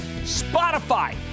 Spotify